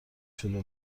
شده